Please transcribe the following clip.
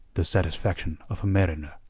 the satisfaction of a mariner.